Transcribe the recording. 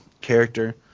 character